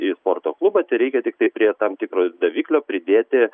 į sporto klubą tereikia tiktai prie tam tikro daviklio pridėti